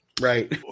Right